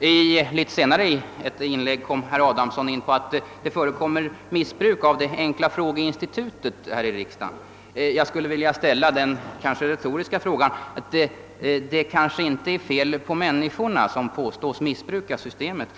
I ett senare inlägg kom herr Adamsson in på att det förekommer missbruk av frågeinstitutet här i riksdagen. Men det kanske inte är fel på människorna som påstås missbruka systemet.